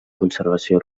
conservació